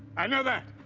i know that.